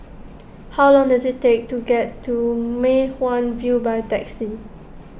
how long does it take to get to Mei Hwan View by taxi